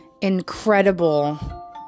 incredible